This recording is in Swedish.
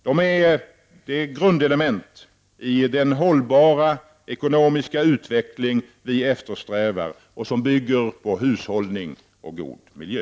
De är grundelement i den hållbara ekonomiska utveckling som vi eftersträvar och som bygger på hushållning och god miljö.